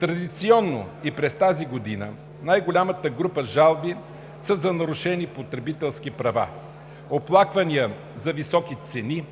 Традиционно и през тази година най-голямата група жалби са за нарушени потребителски права – оплаквания за високи цени,